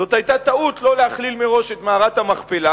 זאת היתה טעות לא להכליל מראש את מערת המכפלה,